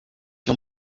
się